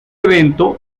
evento